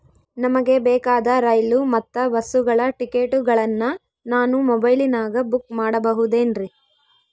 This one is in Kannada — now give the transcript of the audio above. ನಮಗೆ ಬೇಕಾದ ರೈಲು ಮತ್ತ ಬಸ್ಸುಗಳ ಟಿಕೆಟುಗಳನ್ನ ನಾನು ಮೊಬೈಲಿನಾಗ ಬುಕ್ ಮಾಡಬಹುದೇನ್ರಿ?